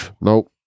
nope